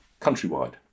Countrywide